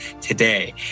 today